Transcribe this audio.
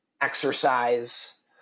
exercise